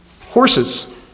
horses